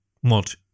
What